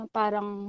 parang